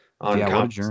on